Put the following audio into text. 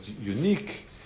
unique